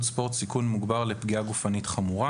ספורט סיכון מוגבר לפגיעה גופנית חמורה: